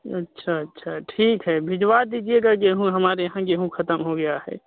अच्छा अच्छा ठीक है भिजवा दीजिएगा गेहूँ हमारे यहाँ गेहूँ ख़त्म हो गया है